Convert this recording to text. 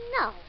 no